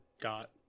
got